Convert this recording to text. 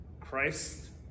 Christ